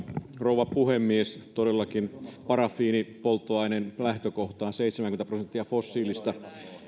rouva puhemies todellakin parafiinipolttoaineen lähtökohta on seitsemänkymmentä prosenttia fossiilista